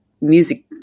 music